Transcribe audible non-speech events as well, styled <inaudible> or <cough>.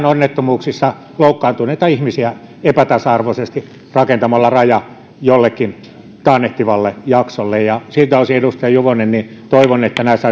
<unintelligible> onnettomuuksissa loukkaantuneita ihmisiä epätasa arvoisesti rakentamalla raja jollekin taannehtivalle jaksolle siltä osin edustaja juvonen toivon että näistä <unintelligible>